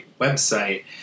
website